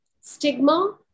stigma